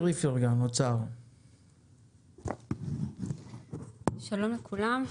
שלום לכולם.